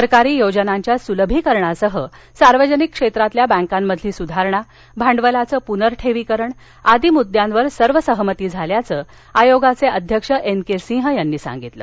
सरकारी योजनांच्या सुलभीकरणासह सार्वजनिक क्षेत्रातल्या बँकांमधील सुधारणा भांडवलाचे पुनर्ठेविकरण आदी मुद्द्यांवर सर्वसहमती झाल्याचं आयोगाचे अध्यक्ष एन के सिंह यांनी सांगितलं